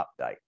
update